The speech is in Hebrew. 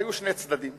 היו שני צדדים.